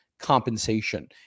compensation